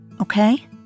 okay